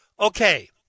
okay